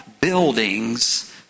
buildings